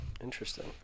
Interesting